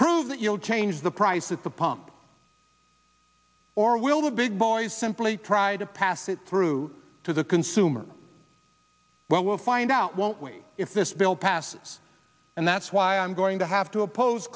prove that you'll change the price at the pump or will the big boys simply try to pass it through to the consumer but we'll find out won't we if this bill passes and that's why i'm going to have to oppose